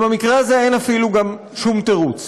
ובמקרה הזה אין אפילו גם שום תירוץ.